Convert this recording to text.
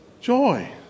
joy